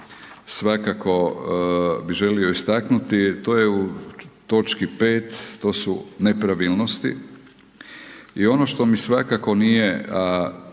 svakako bi želio istaknuti to je u točki 5. to su nepravilnosti i ono što mi svakako nije,